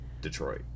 Detroit